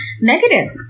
negative